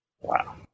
Wow